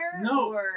no